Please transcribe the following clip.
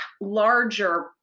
larger